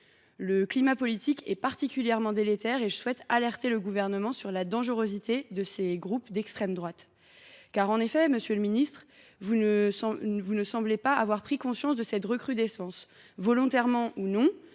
Le climat politique est particulièrement délétère et je souhaite alerter le Gouvernement sur la dangerosité de ces groupes d’extrême droite. En effet, monsieur le ministre, vous ne semblez pas avoir pris conscience de cette recrudescence. Volontairement ou non,